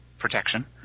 protection